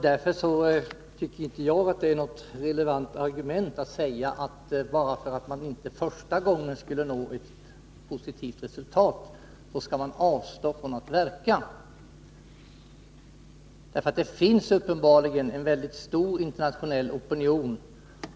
Därför tycker jag inte att det är något relevant argument, att man bara därför att man inte första gången nådde ett positivt resultat skall avstå från att verka. Det finns uppenbarligen en mycket stark internationell opinion.